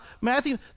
Matthew